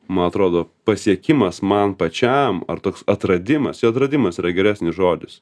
man atrodo pasiekimas man pačiam ar toks atradimas atradimas yra geresnis žodis